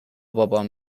بابام